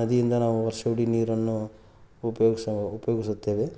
ನದಿಯಿಂದ ನಾವು ವರ್ಷವಿಡೀ ನೀರನ್ನು ಉಪಯೋಗ ಉಪಯೋಗಿಸುತ್ತೇವೆ